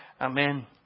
Amen